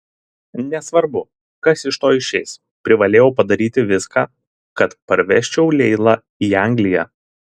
nesvarbu kas iš to išeis privalėjau padaryti viską kad parvežčiau leilą į angliją